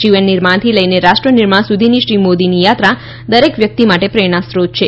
જીવન નિર્માણથી લઈને રાષ્ટ્ર નિર્માણ સુધીની શ્રી મોદીની યાત્રા દરેક વ્યક્તિ માટે પ્રેરણાસ્રોત છે